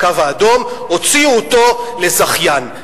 "הקו האדום" הוציאו אותו לזכיין.